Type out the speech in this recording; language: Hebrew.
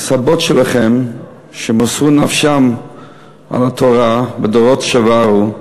הסבים שלכם, שמסרו נפשם על התורה בדורות עברו,